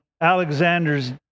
Alexander's